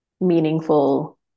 meaningful